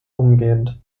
umgehend